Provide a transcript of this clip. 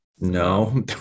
no